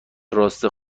راست